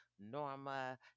Norma